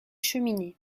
cheminées